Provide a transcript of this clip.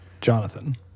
Jonathan